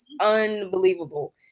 unbelievable